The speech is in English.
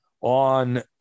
on